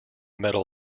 medal